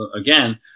again